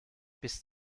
bis